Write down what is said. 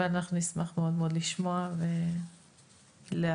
נשמח מאוד לשמוע ולהעשיר.